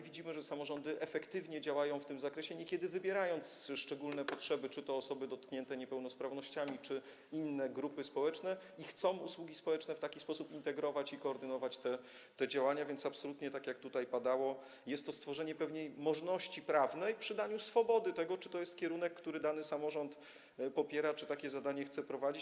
Widzimy, że samorządy efektywnie działają w tym zakresie, niekiedy wybierając szczególne potrzeby, czy to osoby dotknięte niepełnosprawnościami, czy inne grupy społeczne, i chcą usługi społeczne w taki sposób integrować i koordynować te działania, więc absolutnie, jak tutaj padało, jest to stworzenie pewnej możności prawnej, przy daniu swobody tego, czy to jest kierunek, który dany samorząd popiera, czy takie zadanie chce prowadzić.